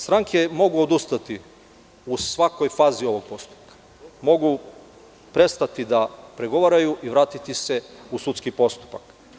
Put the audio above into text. Stranke mogu odustati u svakoj fazi ovog postupka, mogu prestati da pregovaraju i da se vrate u sudski postupak.